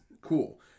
cool